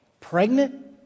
Pregnant